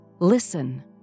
Listen